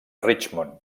richmond